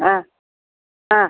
ആ ആ